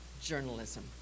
journalism